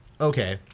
Okay